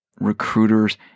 Recruiters